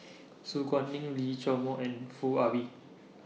Su Guaning Lee Chiaw Meng and Foo Ah Bee